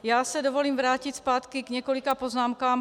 Já si dovolím vrátit se zpátky k několika poznámkám.